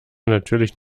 natürlich